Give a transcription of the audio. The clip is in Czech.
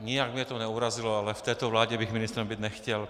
Nijak mě to neurazilo, ale v této vládě bych ministrem být nechtěl.